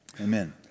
Amen